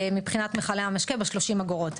מבחינת מכלי המשקה ב-30 אגורות.